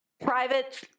private